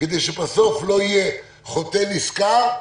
כדי שבסוף לא יהיה חוטא נשכר,